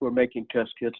who are making test kits.